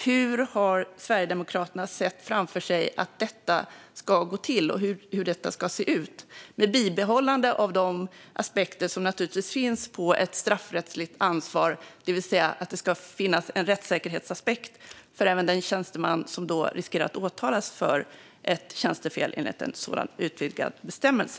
Hur har Sverigedemokraterna sett framför sig att detta ska gå till och se ut, med bibehållande av de aspekter som naturligtvis finns på ett straffrättsligt ansvar? Det handlar om att det ska finnas en rättssäkerhetsaspekt även för den tjänsteman som riskerar att åtalas för tjänstefel enligt en sådan utvidgad bestämmelse.